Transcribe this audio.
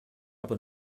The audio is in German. aber